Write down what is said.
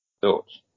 Thoughts